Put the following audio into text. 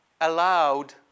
allowed